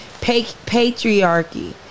Patriarchy